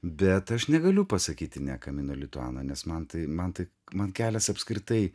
bet aš negaliu pasakyti ne kamino lituano nes man tai man tai man kelias apskritai